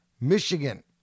Michigan